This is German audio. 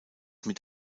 mit